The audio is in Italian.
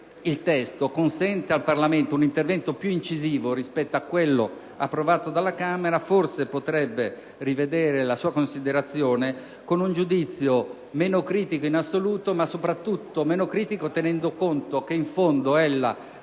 del Senato consente al Parlamento un intervento più incisivo rispetto a quello approvato dalla Camera: forse potrebbe rivedere la sua considerazione con un giudizio meno critico in assoluto, ma soprattutto meno critico tenendo conto del dato che,